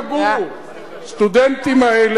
הסטודנטים האלה צריכים דירות.